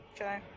Okay